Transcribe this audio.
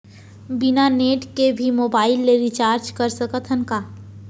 बिना नेट के भी मोबाइल ले रिचार्ज कर सकत हन का?